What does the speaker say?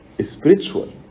spiritual